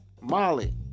Molly